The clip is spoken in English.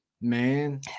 Man